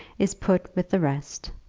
is put with the rest,